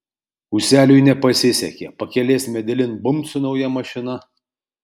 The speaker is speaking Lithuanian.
ūseliui nepasisekė pakelės medelin bumbt su nauja mašina